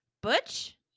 butch